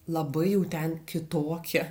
labai jau ten kitokie